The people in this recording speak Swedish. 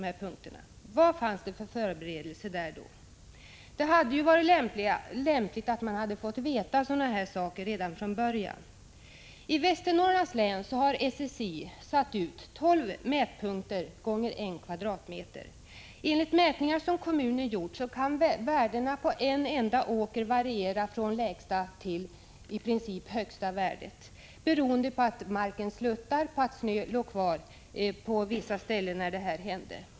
Vilken beredskap fanns där? Det hade varit lämpligt att kommunerna fått veta sådana här saker redan från början. I Västernorrlands län har SSI satt ut tolv mätpunkter på vardera en kvadratmeter. Enligt mätningar som kommunen har gjort kan värdena på en enda åker variera från det lägsta till i princip det högsta värdet, beroende på att marken sluttar och på att snö låg kvar på vissa ställen när detta hände.